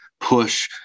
push